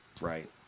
Right